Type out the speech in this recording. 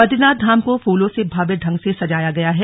बदरीनाथ धाम को फूलों से भव्य ढंग से सजाया गया है